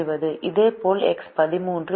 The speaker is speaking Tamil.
இதேபோல் எக்ஸ் 13 ≤ 40 மற்றும் பல